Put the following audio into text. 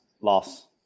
Loss